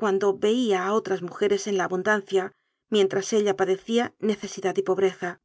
cuan do veía a otras mujeres en la abundancia mien tras ella padecía necesidad y pobreza